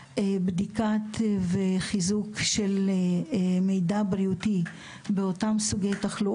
עם דחייה של שלוש שנים בכל מה שקשור לבנייה מאופסת אנרגיה?